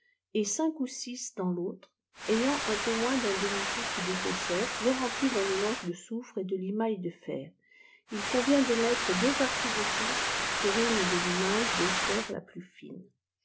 et ou dans l'autre ayant un peu moins d'un demi-pouce d'épaisseur bien rempli d'un mélange de soufre et de limaille de fer il convient de mettre deux parties de soufre sur une de limaille de fer la plus fine